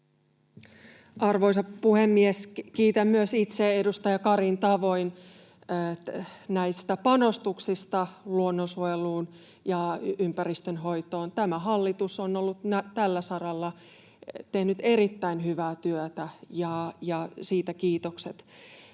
Arvoisa puhemies! Kiitän myös itse edustaja Karin tavoin näistä panostuksista luonnonsuojeluun ja ympäristönhoitoon. Tämä hallitus on tällä saralla tehnyt erittäin hyvää työtä, ja siitä kiitokset.